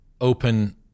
open